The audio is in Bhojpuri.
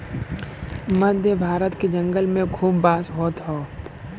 मध्य भारत के जंगल में खूब बांस होत हौ